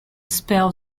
spell